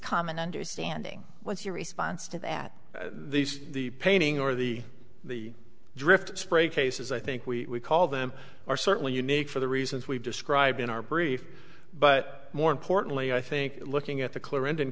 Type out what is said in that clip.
common understanding what's your response to that these the painting or the the drift spray cases i think we call them are certainly unique for the reasons we've described in our brief but more importantly i think looking at the